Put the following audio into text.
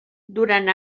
durant